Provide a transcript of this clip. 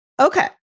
Okay